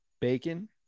bacon